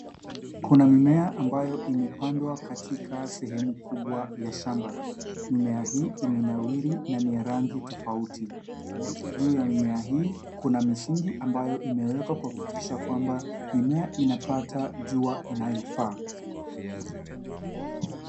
Kuna mimea ambayo imepandwa katika sehemu kubwa ya shamba. Mimea hii imenawiri na ni ya rangi tofauti. Juu ya mimea hii kuna misingi ambayo imewekwa kuhakikisha kwamba mimea inapata jua inayofaa.